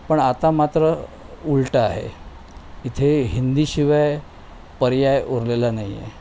पण आता मात्र उलटं आहे इथे हिंदीशिवाय पर्याय उरलेला नाही आहे